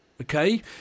okay